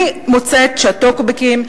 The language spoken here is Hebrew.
אני מוצאת שהטוקבקים,